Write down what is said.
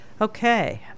Okay